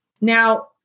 Now